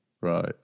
Right